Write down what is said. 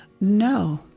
No